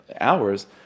hours